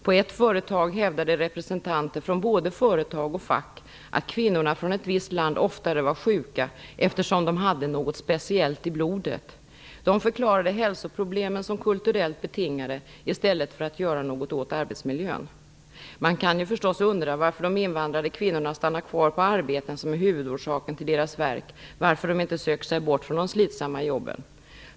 På ett företag hävdade representanter från både företag och fack att kvinnorna från ett visst land oftare var sjuka eftersom "de hade något speciellt i blodet". De förklarade hälsoproblemen som kulturellt betingade i stället för att göra något åt arbetsmiljön. Man kan ju förstås undra varför de invandrade kvinnorna stannar kvar på arbeten som är huvudorsaken till deras värk, varför de inte söker sig bort från de slitsamma jobben.